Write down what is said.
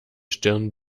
stirn